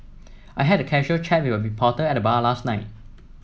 I had a casual chat with a reporter at the bar last night